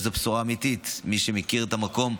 שזו בשורה אמיתית למי שמכיר את המקום,